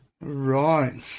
right